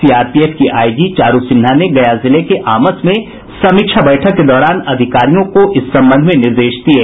CRPF की IG Charu Sinha ने गया जिले के आमस में समीक्षा बैठक के दौरान अधिकारियों को इस संबंध में निर्देश दिये